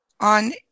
on